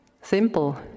simple